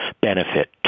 benefit